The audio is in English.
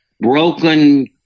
broken